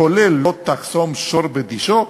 כולל "לא תחסום שור בדישו",